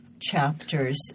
chapters